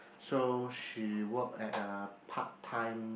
so she work at a part time